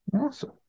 Awesome